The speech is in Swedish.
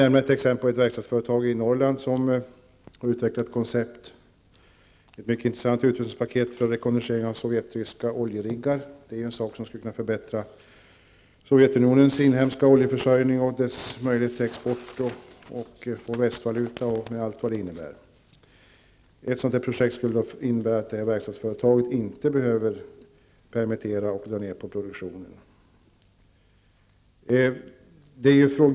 Jag kan som exempel nämna ett verkstadsföretag i Norrland som har utvecklat ett mycket intressant utrustningspaket för rekognosering av sovjetryska oljeriggar -- det är ju en sak som skulle förbättra Sovjetunionens inhemska oljeförsörjning och landets möjligheter att exportera och få västvaluta, med allt vad det innebär. Ett sådant projekt skulle innebära att verkstadsföretaget i fråga inte behövde permittera och dra ned på produktionen.